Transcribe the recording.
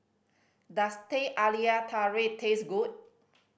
does Teh Halia Tarik taste good